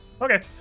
okay